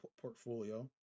portfolio